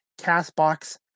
CastBox